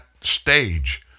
stage